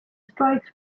strikes